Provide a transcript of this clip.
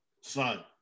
Son